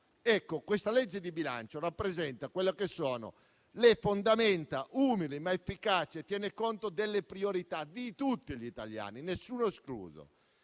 Ecco, questa legge di bilancio rappresenta le fondamenta umili, ma efficaci, e tiene conto delle priorità di tutti gli italiani, nessuno escluso.